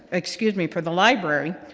excuse me, for the library,